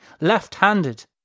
left-handed